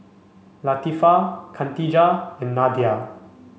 Latifa Khatijah and Nadia